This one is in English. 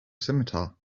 scimitar